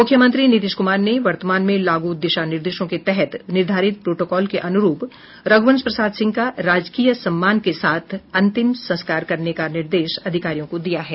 मुख्यमंत्री नीतीश कुमार ने वर्तमान में लागू दिशा निर्देशों के तहत निर्धारित प्रोटोकॉल के अनुरूप रघुवंश प्रसाद सिंह का राजकीय सम्मान के साथ अंतिम संस्कार करने का निर्देश अधिकारियों को दिया है